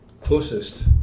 closest